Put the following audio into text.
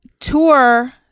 tour